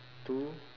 two